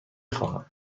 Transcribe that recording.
خواهم